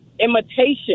imitation